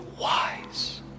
wise